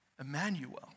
Emmanuel